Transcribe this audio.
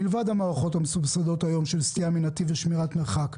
מלבד המערכות המסובסדות היום של סטייה מנתיב ושמירת מרחק